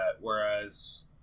whereas